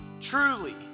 Truly